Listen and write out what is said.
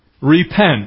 Repent